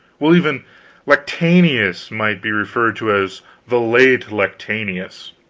while even lactantius might be referred to as the late lactantius,